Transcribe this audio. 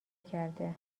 کرده